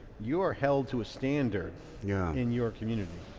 you're held to a standard yeah in your community.